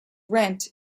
rent